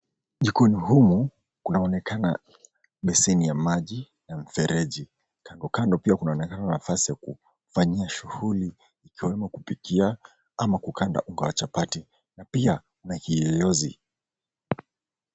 Jikoni humu kunaonekana beseni ya maji ya mfereji. Kandokando pia kunaonekana nafasi ya kufanyia shughuli ikiwemo kupikia ama kukanda unga wa chapati na pia kuna kiyoyozi.